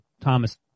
Thomas